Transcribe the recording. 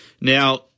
Now –